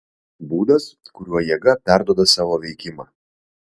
būdas kuriuo jėga perduoda savo veikimą